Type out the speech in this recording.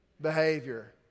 Behavior